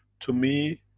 to me,